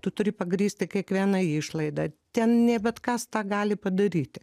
tu turi pagrįsti kiekvieną išlaidą ten ne bet kas tą gali padaryti